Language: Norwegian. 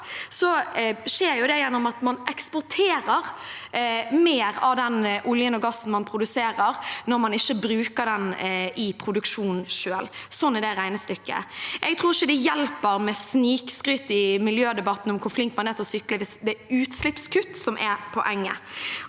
man eksporterer mer av den oljen og gassen man produserer, når man ikke bruker den i produksjonen selv. Sånn er det regnestykket. Jeg tror ikke det hjelper med snikskryt i miljødebatten om hvor flink man er til å sykle, hvis det er utslippskutt som er poenget.